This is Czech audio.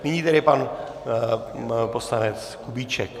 Nyní tedy poslanec Kubíček.